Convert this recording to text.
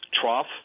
trough